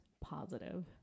positive